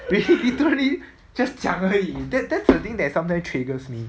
liter~ literally just 讲而已 that that's the thing that sometimes triggers me